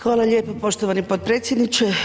Hvala lijepo poštovani potpredsjedniče.